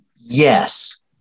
Yes